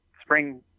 spring